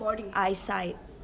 body